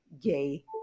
gay